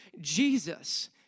Jesus